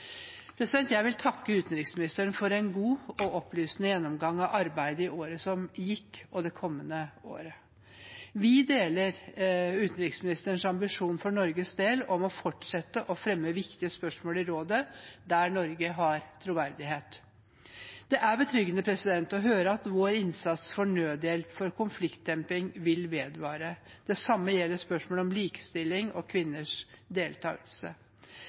Jeg vil takke utenriksministeren for en god og opplysende gjennomgang av arbeidet i året som gikk, og det kommende året. Vi deler utenriksministerens ambisjon for Norges del om å fortsette å fremme viktige spørsmål i rådet, der Norge har troverdighet. Det er betryggende å høre at vår innsats for nødhjelp og for konfliktdemping vil vedvare. Det samme gjelder spørsmålet om likestilling og kvinners